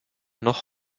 noch